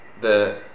the-